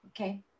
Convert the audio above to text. okay